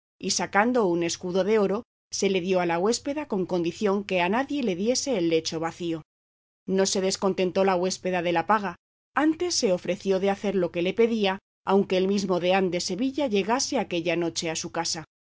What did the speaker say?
y sacando un escudo de oro se le dio a la huéspeda con condición que a nadie diese el lecho vacío no se descontentó la huéspeda de la paga antes se ofreció de hacer lo que le pedía aunque el mismo deán de sevilla llegase aquella noche a su casa